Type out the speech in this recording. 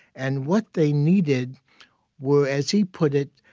and what they needed were, as he put it,